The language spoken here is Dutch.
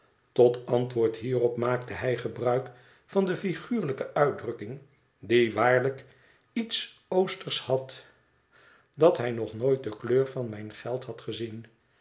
tot antwoord hierop maakte hij gebruik van de figuurlijke uitdrukking die waarlijk iets oostersch had dat hij nog nooit de kleur van mijn geld had gezien